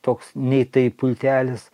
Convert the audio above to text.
toks nei tai pultelis